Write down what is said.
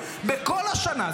בכל השנה,